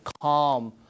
calm